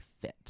fit